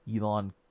Elon